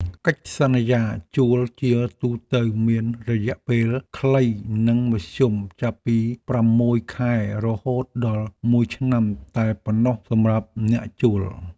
កិច្ចសន្យាជួលជាទូទៅមានរយៈពេលខ្លីនិងមធ្យមចាប់ពីប្រាំមួយខែរហូតដល់មួយឆ្នាំតែប៉ុណ្ណោះសម្រាប់អ្នកជួល។